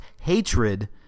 hatred